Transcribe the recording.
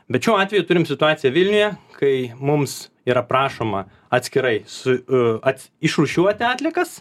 bet šiuo atveju turim situaciją vilniuje kai mums yra prašoma atskirai su ats išrūšiuoti atliekas